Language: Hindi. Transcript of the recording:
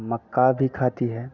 मक्का भी खाती है